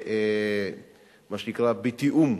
מה שנקרא, בתיאום,